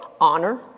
honor